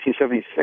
1976